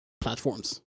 platforms